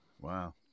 Wow